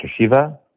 Shiva